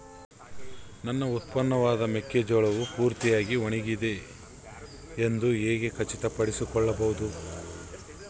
ನನ್ನ ಉತ್ಪನ್ನವಾದ ಮೆಕ್ಕೆಜೋಳವು ಪೂರ್ತಿಯಾಗಿ ಒಣಗಿದೆ ಎಂದು ಹೇಗೆ ಖಚಿತಪಡಿಸಿಕೊಳ್ಳಬಹುದು?